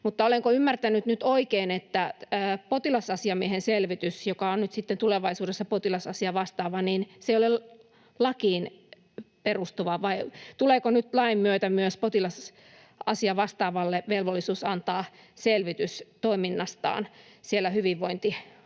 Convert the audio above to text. Mutta olenko ymmärtänyt nyt oikein, että potilas-asiamiehen selvitys, joka on nyt sitten tulevaisuudessa potilasasiavastaava, ei ole lakiin perustuvaa, vai tuleeko nyt lain myötä myös potilasasiavastaavalle velvollisuus antaa selvitys toiminnastaan hyvinvointialueella?